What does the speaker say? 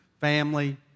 family